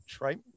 right